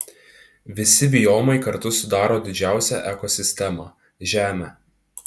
visi biomai kartu sudaro didžiausią ekosistemą žemę